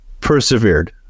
persevered